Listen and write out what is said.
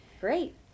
Great